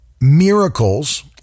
miracles